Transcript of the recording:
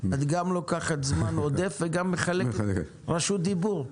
את גם לוקחת זמן עודף וגם מחלקת רשות דיבור.